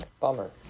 bummer